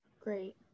great